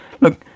Look